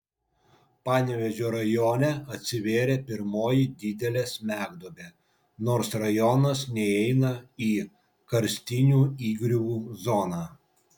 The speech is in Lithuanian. panevėžio rajone atsivėrė pirmoji didelė smegduobė nors rajonas neįeina į karstinių įgriuvų zoną